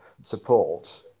support